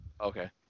Okay